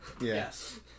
Yes